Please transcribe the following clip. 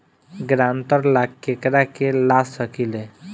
ग्रांतर ला केकरा के ला सकी ले?